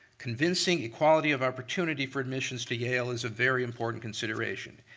convincing equality of opportunity for admissions to yale is a very important consideration.